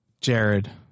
Jared